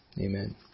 Amen